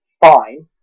fine